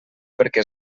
perquè